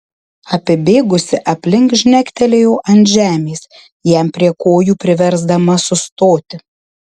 apibėgusi aplink žnektelėjo ant žemės jam prie kojų priversdama sustoti